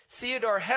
Theodore